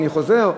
אני חוזר?